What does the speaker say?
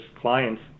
clients